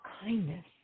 kindness